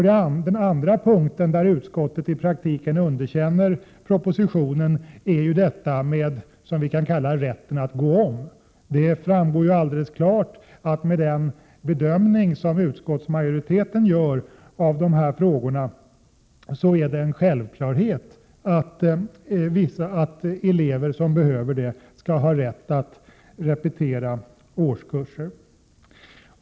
Den andra punkt där utskottet i praktiken underkänner propositionen gäller det vi kan kalla rätten att gå om. Det framgår helt klart att med den bedömning som utskottsmajoriteten gör av de här frågorna är det en självklarhet att elever som behöver det skall ha rätt att repetera årskurser.